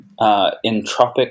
entropic